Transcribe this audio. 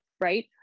right